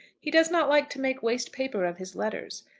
he does not like to make waste paper of his letters.